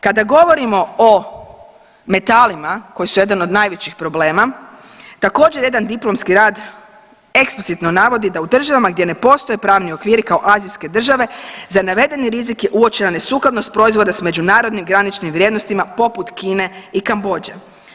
Kada govorimo o metalima koji su jedan od najvećih problema, također jedan diplomski rad eksplicitno navodi da u državama gdje ne postoje pravni okviri kao azijske države za navedeni rizik je uočena nesukladnost proizvoda s međunarodnim graničnim vrijednostima poput Kine i Kambodže.